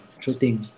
shooting